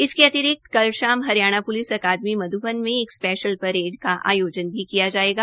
इसके अतिरिक्त कल शाम हरियाणा प्लिस अकादमी मध्बन में एक स्पेशल परेड का आयोजन भी किया जाएगा